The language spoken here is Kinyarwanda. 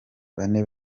bane